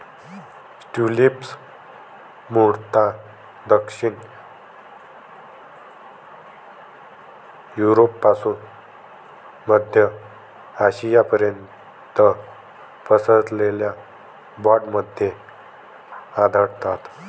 tulips मूळतः दक्षिण युरोपपासून मध्य आशियापर्यंत पसरलेल्या बँडमध्ये आढळतात